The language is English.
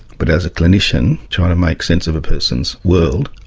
but as a clinician trying to make sense of a person's world,